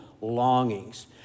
longings